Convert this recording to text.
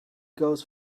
goes